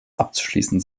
abzuschließen